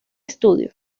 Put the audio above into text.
estudio